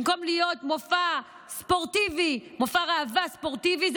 במקום שזה יהיה מופע ראווה ספורטיבי,